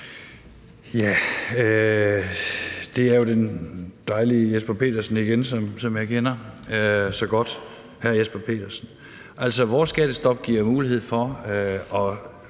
(V): Det er jo den dejlige hr. Jesper Petersen igen, som jeg kender så godt. Altså, vores skattestop giver mulighed for f.eks.